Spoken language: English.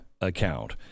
account